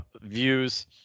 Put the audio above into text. views